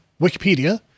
Wikipedia